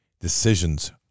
Decisions